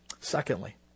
Secondly